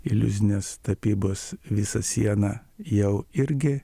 iliuzinės tapybos visa siena jau irgi